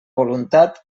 voluntat